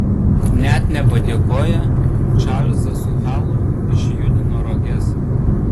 net nepadėkoję čarlzas su halu išjudino roges